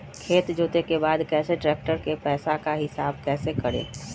खेत जोते के बाद कैसे ट्रैक्टर के पैसा का हिसाब कैसे करें?